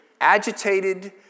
agitated